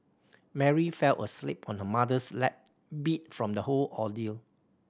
Mary fell asleep on her mother's lap beat from the whole ordeal